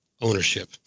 ownership